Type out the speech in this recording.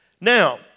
Now